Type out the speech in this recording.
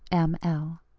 m. l.